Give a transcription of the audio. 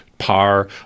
PAR